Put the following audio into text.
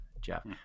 Jeff